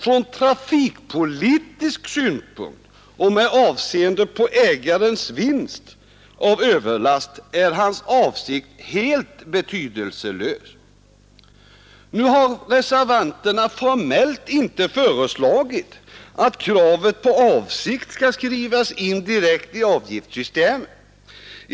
Från trafikpolitisk synpunkt och med avseende på ägarens vinst av överlast är hans avsikt helt betydelselös. Reservanterna har inte formellt föreslagit att kravet på avsikt skall skrivas in direkt i avgiftssystemet.